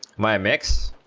my makes